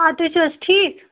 آ تُہۍ چھو حظ ٹھیٖک